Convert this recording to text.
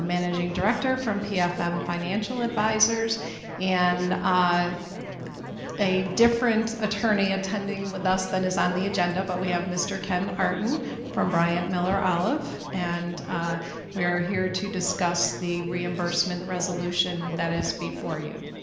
managing director from pfm financial advisors and a different attorney attending with us than is on the agenda but we have mr. ken artin from bryant, miller, olive. and we are here to discuss the reimbursement resolution that is before you.